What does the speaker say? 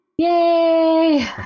Yay